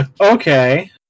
Okay